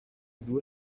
due